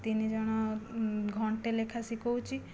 ତିନି ଜଣ ଘଣ୍ଟେ ଲେଖା ଶିଖାଉଛି